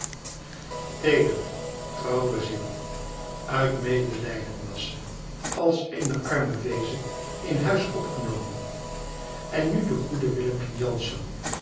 teedere trouwe ziel uit medelijden was ze als eene arme weeze in huis opgenomen en nu de goede willempje jansz